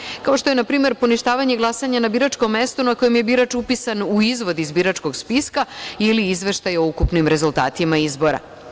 Na primer, kao što je poništavanje glasanja na biračkom mestu na kojem je birač upisan u izvod iz biračkog spiska ili izveštaj o ukupnim rezultatima izbora.